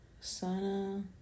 Sana